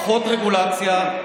פחות רגולציה,